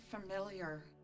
familiar